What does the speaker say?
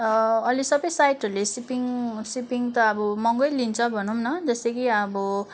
अहिले सबै साइटहरूले सिपिङ सिपिङ त अब महँगै लिन्छ भनौँ न जस्तो कि अब